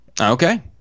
Okay